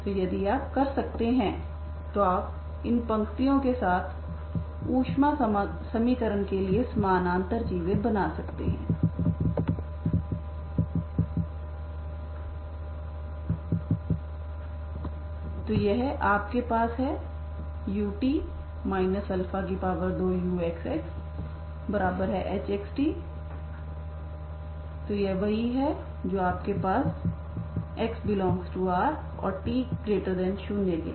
तो यदि आप कर सकते हैं तो आप इन पंक्तियों के साथ ऊष्मा समीकरण के लिए समानांतर चीजें बना सकते हैं तो यह आपके पास है ut 2uxxhxt तो यह वही है जो आपके पास x∈R और t0 के लिए